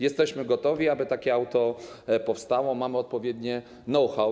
Jesteśmy gotowi, aby takie auto powstało, mamy odpowiednie know-how.